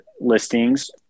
listings